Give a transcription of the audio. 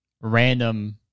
random